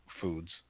foods